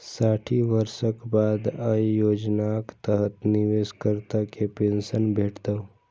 साठि वर्षक बाद अय योजनाक तहत निवेशकर्ता कें पेंशन भेटतै